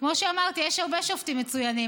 כמו שאמרתי, יש הרבה שופטים מצוינים.